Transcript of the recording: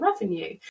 revenue